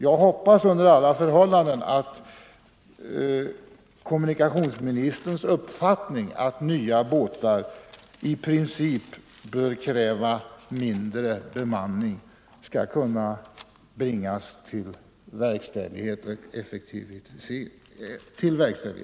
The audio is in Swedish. Jag hoppas under alla förhållanden att kommunikationsministerns uppfattning att nya båtar i princip bör kräva mindre bemanning skall kunna förverkligas